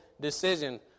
decision